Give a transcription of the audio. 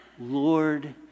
Lord